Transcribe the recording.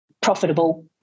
profitable